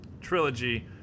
trilogy